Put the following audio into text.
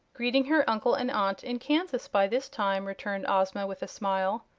greeting her uncle and aunt in kansas, by this time, returned ozma, with a smile.